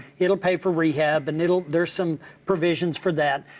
it'll pay for rehab and it'll, there're some provisions for that,